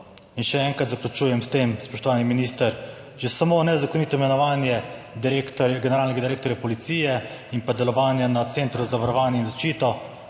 In še enkrat zaključujem s tem, spoštovani minister, že samo nezakonito imenovanje direktorja, generalnega direktorja policije in pa delovanje na Centru za varovanje in zaščito